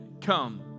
come